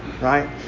right